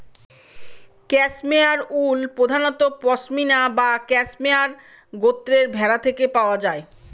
cashmere wool প্রধানত পসমিনা বা cashmere গোত্রের ভেড়া থেকে পাওয়া যায়